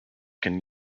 can